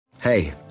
Hey